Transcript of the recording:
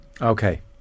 Okay